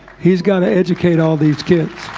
he's got to educate all these kids